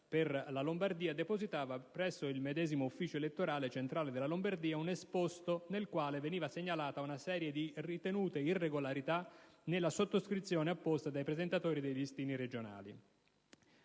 per la Lombardia - depositava presso il medesimo Ufficio elettorale centrale della Lombardia un esposto nel quale veniva segnalata una serie di ritenute irregolarità nelle sottoscrizioni apposte dai presentatori dei "listini" regionali.